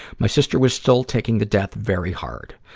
my sister was still taking the death very hard.